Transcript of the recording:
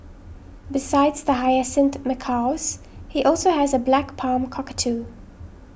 besides the hyacinth macaws he also has a black palm cockatoo